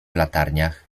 latarniach